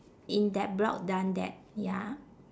in that block done that ya